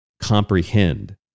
comprehend